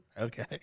Okay